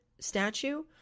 statue